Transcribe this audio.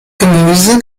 gemüse